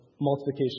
multiplication